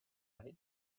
night